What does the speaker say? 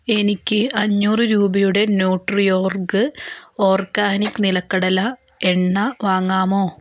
എനിക്ക് അഞ്ഞൂറ് രൂപയുടെ ന്യൂട്രി ഓർഗ് ഓർഗാനിക് നിലക്കടല എണ്ണ വാങ്ങാമോ